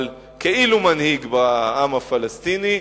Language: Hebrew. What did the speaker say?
אבל כאילו-מנהיג בעם הפלסטיני,